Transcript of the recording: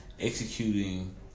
Executing